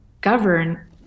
govern